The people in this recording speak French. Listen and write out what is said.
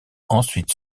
ensuite